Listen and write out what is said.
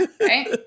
right